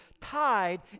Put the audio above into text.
tied